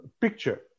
picture